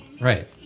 Right